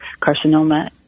carcinoma